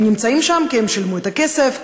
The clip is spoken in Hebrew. הם נמצאים שם כי הם שילמו את הכסף,